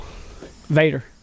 Vader